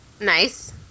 Nice